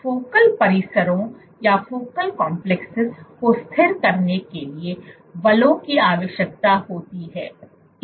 focal परिसरों को स्थिर करने के लिए बलों की आवश्यकता होती है